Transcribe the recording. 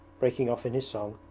breaking off in his song,